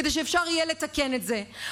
כדי שאפשר יהיה לתקן את זה.